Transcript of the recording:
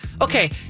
Okay